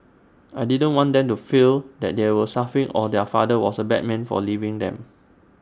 I didn't want them to feel that they were suffering or their father was A bad man for leaving them